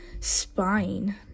spying